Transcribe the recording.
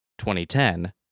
2010